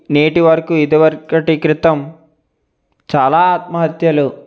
నేటి వరకు ఇది వరికటి క్రితం చాలా ఆత్మహత్యలు